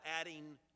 adding